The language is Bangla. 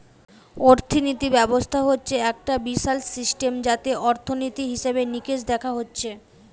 অর্থিনীতি ব্যবস্থা হচ্ছে একটা বিশাল সিস্টেম যাতে অর্থনীতি, হিসেবে নিকেশ দেখা হচ্ছে